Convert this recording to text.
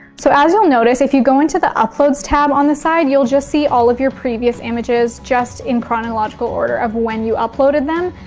so as you'll notice, if you go into the uploads tab on the side you'll just see all of your previous images just in chronological order of when you uploaded them.